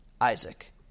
Isaac